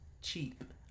cheap